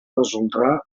resoldrà